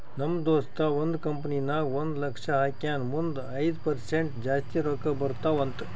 ನಮ್ ದೋಸ್ತ ಒಂದ್ ಕಂಪನಿ ನಾಗ್ ಒಂದ್ ಲಕ್ಷ ಹಾಕ್ಯಾನ್ ಮುಂದ್ ಐಯ್ದ ಪರ್ಸೆಂಟ್ ಜಾಸ್ತಿ ರೊಕ್ಕಾ ಬರ್ತಾವ ಅಂತ್